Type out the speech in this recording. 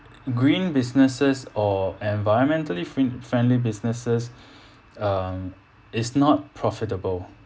green businesses or environmentally friendly businesses um is not profitable